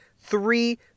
three